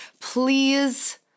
please